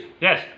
Yes